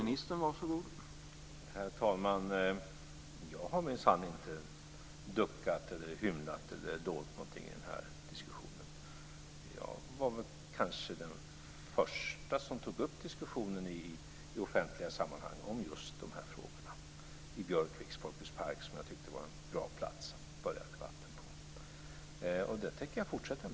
Herr talman! Jag har minsann inte duckat, hymlat eller dolt någonting i den här diskussionen. Jag var kanske den förste som i offentliga sammanhang tog upp diskussionen just om de här frågorna. Jag gjorde det i Björkviks Folkets park som jag tyckte var en bra plats att börja debatten på. Den diskussionen tänker jag också fortsätta.